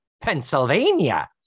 Pennsylvania